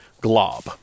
glob